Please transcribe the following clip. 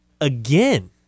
again